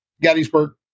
Gettysburg